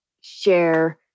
share